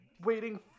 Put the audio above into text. waiting